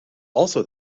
also